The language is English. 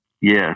Yes